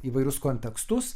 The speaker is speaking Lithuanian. įvairius kontekstus